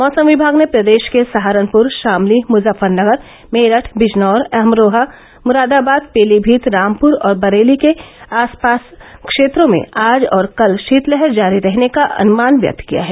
मौसम विभाग ने प्रदेश के सहारनपुर शामली मुजफुफरनगर मेरठ बिजनौर अमरोहा मुरादाबाद पीलीमीत रामपुर और बरेली के आस पास क्षेत्रों में आज और कल शीतलहर जारी रहने का अनुमान व्यक्त किया है